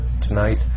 tonight